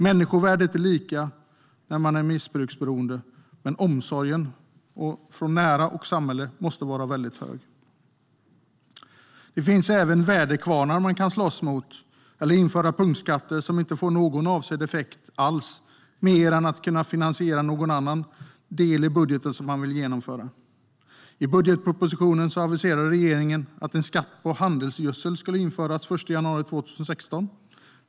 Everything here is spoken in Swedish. Människovärdet är lika när man är missbruksberoende, men omsorgen från nära och samhället måste vara väldigt hög. Det finns även väderkvarnar man kan slåss mot, eller man kan införa punktskatter som inte alls får avsedd effekt, mer än att kunna finansiera någon annan del i budgeten som man vill genomföra. I budgetpropositionen aviserade regeringen att en skatt på handelsgödsel skulle införas den 1 januari 2016.